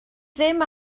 ddim